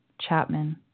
Chapman